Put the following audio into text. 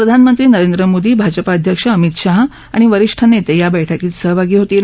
प्रधानमंत्री नरेंद्र मोदी भाजपा अध्यक्ष अमित शाह आणि वरिष्ठ नेते या बैठकीत सहभागी होतील